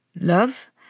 love